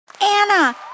Anna